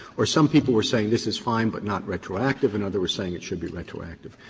or some people were saying, this is fine but not retroactive and others were saying it should be retroactive.